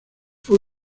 fue